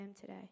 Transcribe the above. today